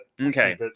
Okay